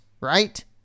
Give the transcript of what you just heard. right